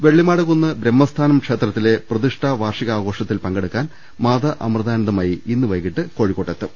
വെള്ളിമാട്കുന്ന് ബ്രഹ്മസ്ഥാനം ക്ഷേത്രത്തിലെ പ്രതിഷ്ഠാ വാർഷി കാഘോഷങ്ങളിൽ പങ്കെടുക്കാൻ മാതാ അമൃതാനന്ദമയി ഇന്ന് വൈകിട്ട് കോഴി ക്കോട്ട് എത്തും